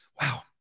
wow